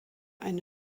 eine